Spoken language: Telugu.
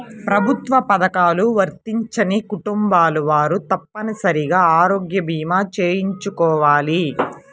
ప్రభుత్వ పథకాలు వర్తించని కుటుంబాల వారు తప్పనిసరిగా ఆరోగ్య భీమా చేయించుకోవాలి